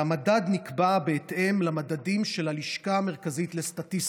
והמדד נקבע בהתאם למדדים של הלשכה המרכזית לסטטיסטיקה,